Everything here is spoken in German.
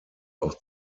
auch